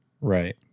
Right